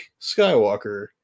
Skywalker